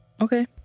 Okay